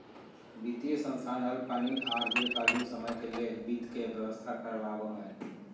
वित्तीय संस्थान अल्पकालीन आर दीर्घकालिन समय ले वित्त के व्यवस्था करवाबो हय